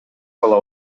бала